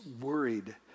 worried